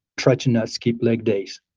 try to not skip leg days.